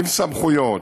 עם סמכויות,